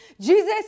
Jesus